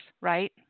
right